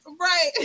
Right